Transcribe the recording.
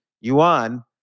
yuan